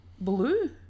blue